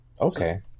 Okay